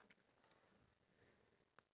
ya true